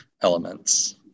elements